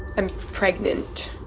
i'm pregnant.